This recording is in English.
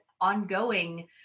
ongoing